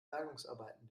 bergungsarbeiten